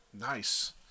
Nice